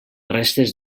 restes